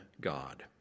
god